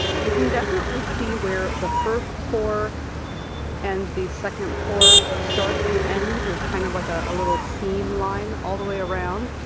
you can definitely see where the first pour and the second pour start and end. there's kind of like a ah little seam line all the way around.